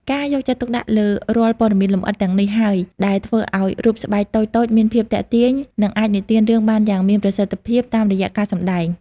ការយកចិត្តទុកដាក់លើរាល់ព័ត៌មានលម្អិតទាំងនេះហើយ ដែលធ្វើឱ្យរូបស្បែកតូចៗមានភាពទាក់ទាញ និងអាចនិទានរឿងបានយ៉ាងមានប្រសិទ្ធភាពតាមរយៈការសម្ដែង។